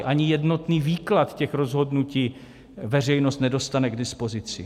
Ani jednotný výklad těch rozhodnutí veřejnost nedostane k dispozici.